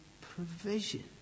provision